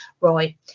right